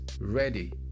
ready